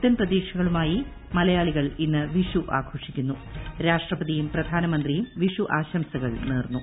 പുത്തൻ പ്രതീക്ഷകളുമായി മലയാളികൾ ഇന്ന് വിഷു ആഘോഷിക്കുന്നു രാഷ്ട്രപതിയും പ്രധാനമന്ത്രിയും വിഷു ആശംസകൾ നേർന്നു